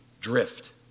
drift